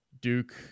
Duke